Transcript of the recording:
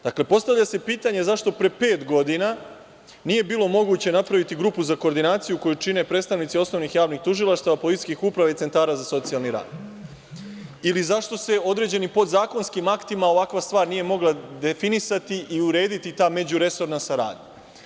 Dakle, postavlja se pitanje zašto pre pet godina nije bilo moguće napraviti grupu za koordinaciju koju čine predstavnici osnovnih javnih tužilaštava, policijskih uprava i centara za socijalni rad, ili zašto se određeni podzakonski aktima ovakva stvar nije mogla definisati i urediti ta međuresorna saradnja?